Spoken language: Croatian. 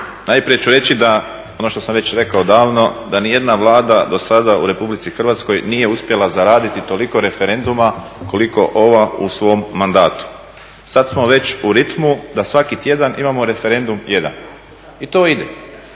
najprije ću reći ono što sam rekao već davno, da nijedna Vlada do sada u RH nije uspjela zaraditi toliko referenduma koliko ova u svom mandatu. Sada smo već u ritmu da svaki tjedan imamo referendum jedan i to ide.